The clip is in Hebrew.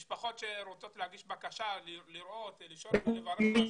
המשפחות שרוצות להגיש בקשה, לשאול, לברר.